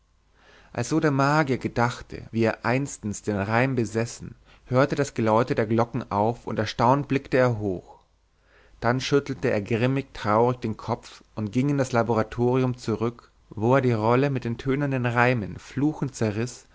so der magier gedachte wie er einstens den reim besessen hörte das geläute der glocken auf und erstaunt blickte er hoch dann schüttelte er grimmig traurig den kopf und ging in das laboratorium zurück wo er die rolle mit den tönenden reimen fluchend zerriß